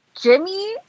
Jimmy